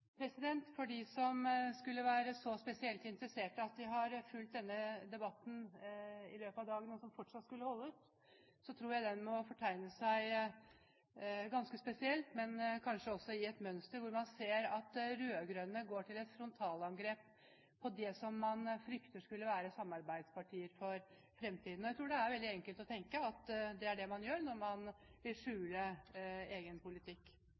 spesielt interesserte at de har fulgt denne debatten i løpet av dagen, og som fortsatt skulle holde ut, tror jeg den må fortone seg ganske spesiell, men kanskje også med et mønster, hvor man ser at rød-grønne går til frontalangrep på det som man frykter skulle være samarbeidspartier for fremtiden. Og jeg tror det er veldig enkelt å tenke at det er det man gjør når man vil skjule egen politikk.